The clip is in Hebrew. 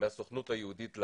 מאשר הסוכנות היהודית.